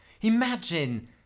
Imagine